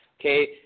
Okay